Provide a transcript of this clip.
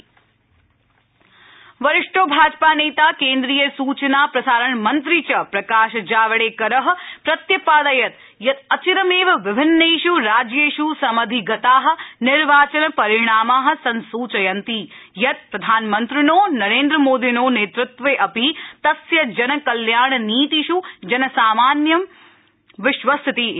Javadekar BJP election वरिष्ठो भाजपा नेता केन्द्रीय सूचना प्रसारण मन्द्री च प्रकाश जावडेकर प्रत्यपादयत् यत् अचिरमेव विभिन्नेष् राज्येष् समधिगता निर्वाचन परिणामा संसूचयन्ति यत् प्रधानमन्त्रिणो नरेन्द्रमोदिनो नेतृत्वे अपि तस्य जनकल्याणनीतिष् जनसामान्यं विश्वसिति इति